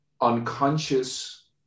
unconscious